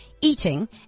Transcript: eating